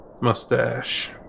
mustache